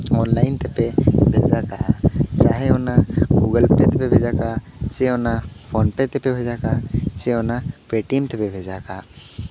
online ᱠᱟᱛᱮ ᱵᱷᱮᱡᱟ ᱠᱟᱜᱼᱟ ᱪᱟᱦᱮ ᱚᱱᱟ ᱜᱩᱜᱩᱞ ᱯᱮ ᱛᱮᱯᱮ ᱵᱷᱮᱡᱟ ᱠᱟᱜ ᱥᱮ ᱚᱱᱟ ᱯᱷᱳᱱ ᱯᱮ ᱛᱮᱯᱮ ᱵᱷᱮᱡᱟ ᱠᱟᱜ ᱥᱮ ᱚᱱᱟ ᱯᱮᱴᱤᱭᱮᱢ ᱛᱮᱯᱮ ᱵᱷᱮᱡᱟ ᱠᱟᱜ